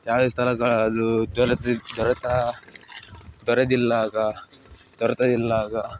ಯಾವ ಸ್ಥಳಗಳಲ್ಲೂ ದೊರೆತ ದೊರೆತ ದೊರೆತಿಲ್ದಾಗ ದೊರೆತಿಲ್ಲದಾಗ